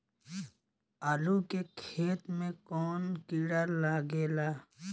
आलू के खेत मे कौन किड़ा लागे ला?